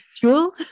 Jewel